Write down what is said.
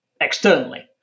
externally